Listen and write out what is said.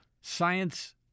Science